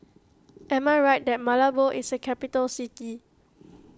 am I right that Malabo is a capital city